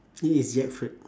it is effort